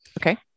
Okay